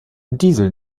diesel